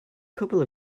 couple